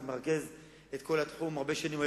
שמרכז את כל התחום הרבה שנים.